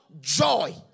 joy